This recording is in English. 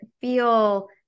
feel